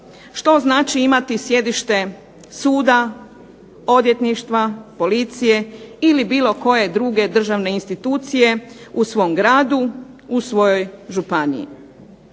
što znači imati sjedište suda, odvjetništva, policije ili bilo koje druge državne institucije u svom gradu u svojoj županiji.